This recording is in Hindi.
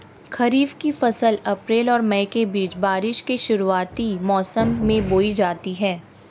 खरीफ़ की फ़सल अप्रैल और मई के बीच, बारिश के शुरुआती मौसम में बोई जाती हैं